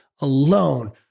alone